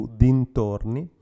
dintorni